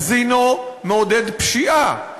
קזינו מעודד פשיעה,